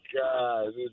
God